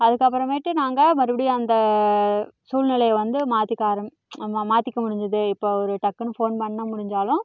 அதுக்கப்பறமேட்டு நாங்கள் மறுபடியும் அந்த சூழ்நிலையை வந்து மாத்திக்க ஆரம் மாத்திக்க முடிஞ்சது இப்போ ஒரு டக்குன்னு ஃபோன் பண்ண முடிஞ்சாலும்